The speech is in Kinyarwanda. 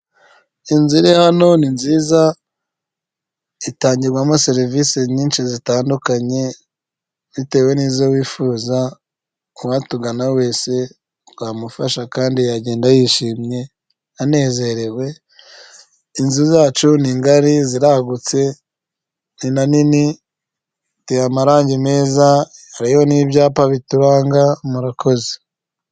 Inzu iri hano ni nziza, itangirwamo serivisi nyinshi zitandukanye bitewe n'izo wifuza, uwatugana wese twamufasha kandi yagenda yishimye, anezerewe. Inzu zacu ni ngari, ziragutse ni na nini, ziteye amarangi meza hariho n'ibyapa bituranga murakoze.